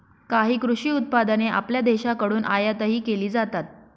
काही कृषी उत्पादने आपल्या देशाकडून आयातही केली जातात